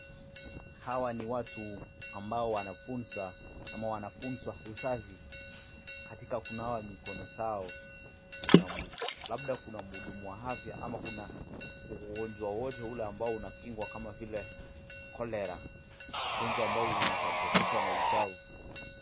Hawa ni watu ambao wanfunza ama wanafunzwa usafi katika kunawa mikono zao, labda kunamhudumu wa afya ama kuna ugonjwa wowote ule ambao unakingwa kama vile korera, ugonjwa ambao unasababishwa na uchafu.